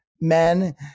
men